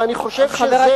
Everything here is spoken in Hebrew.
ואני חושב שזה,